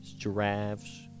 giraffes